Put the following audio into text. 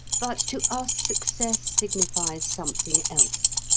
but to us success signifies something else.